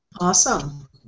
Awesome